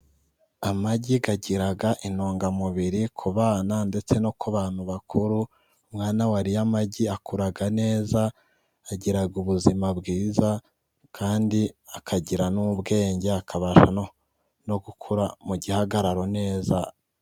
Amagi agira intungamubiri ku bana ndetse no ku bantu bakuru, umwana wariye amagi akura neza, agira ubuzima bwiza kandi akagira n'ubwenge, akabasha no gukura mu gihagararo neza.